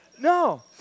No